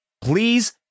please